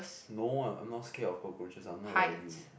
no ah I'm not scared of cockroaches I'm not like you